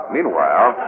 Meanwhile